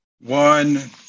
One